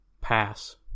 pass